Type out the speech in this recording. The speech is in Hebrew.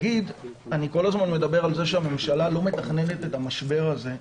אני כל הזמן מדבר על זה שהממשלה לא מתכננת את המשבר הזה.